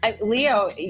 Leo